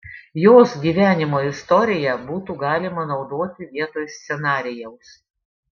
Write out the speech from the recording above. jos gyvenimo istoriją būtų galima naudoti vietoj scenarijaus